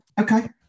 Okay